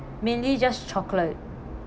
mainly just chocolate